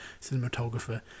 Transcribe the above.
cinematographer